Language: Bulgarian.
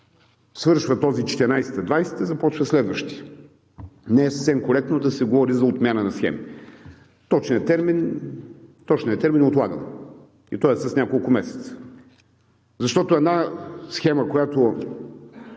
свършва този 2014 – 2020 г., започва следващият – не е съвсем коректно да се говори за отмяна на схеми. Точният термин е „отлагане“ и той е с няколко месеца. Защото една схема, която